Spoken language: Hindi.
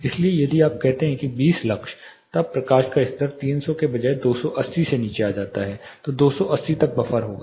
इसलिए यदि आप कहते हैं कि 20 लक्स जब प्रकाश का स्तर 300 के बजाय 280 से नीचे आता है तो 280 तक बफर होगा